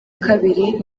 kabiri